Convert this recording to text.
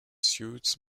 suits